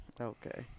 Okay